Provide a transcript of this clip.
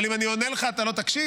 אבל אם אני עונה לך, אתה לא תקשיב?